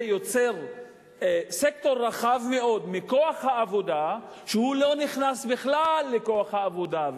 זה יוצר סקטור רחב מאוד בכוח העבודה שלא נכנס בכלל לכוח העבודה.